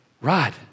Rod